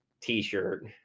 t-shirt